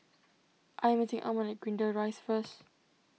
I am meeting Almon at Greendale Rise first